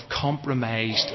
compromised